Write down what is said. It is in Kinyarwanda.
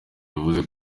bivuze